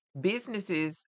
businesses